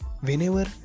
Whenever